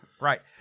right